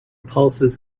pulses